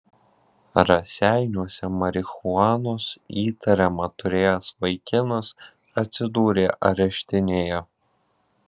raseiniuose marihuanos įtariama turėjęs vaikinas atsidūrė areštinėje